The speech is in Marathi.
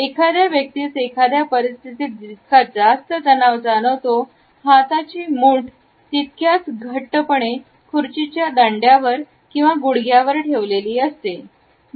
एखाद्या व्यक्तीस एखाद्या परिस्थितीत जितका तनाव जाणवतो हातांची मुठ् तितक्यात घट्टपणे खुर्चीच्या दांड्यावर किंवा गुडघ्यावर ठेवलेली असते